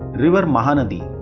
river mahanadi